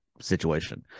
situation